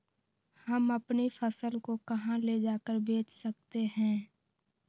हम अपनी फसल को कहां ले जाकर बेच सकते हैं?